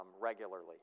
regularly